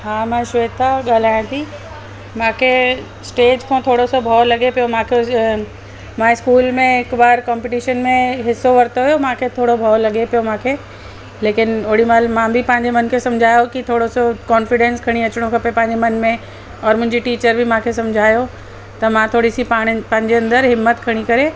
हा मां श्वेता ॻाल्हायां थी मूंखे स्टेज खां थोरो सो भउ लॻे पियो मूंखे मां स्कूल में हिकु बार कॉम्पिटिशन में हिसो वरितो हुओ मूंखे थोरो भउ लॻे पियो मूंखे लेकिन ओॾीमहिल मां बि पंहिंजे मन खे सम्झायो की थोरो सो कॉन्फिडेंस खणी अचिणो खपे पंहिंजे मन में और मुंहिंजी टीचर बि मूंखे सम्झायो त मां थोरी सी पाण पंहिंजे अंदरि हिमत खणी करे